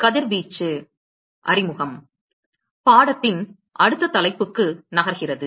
கதிர்வீச்சு அறிமுகம் பாடத்தின் அடுத்த தலைப்புக்கு நகர்கிறது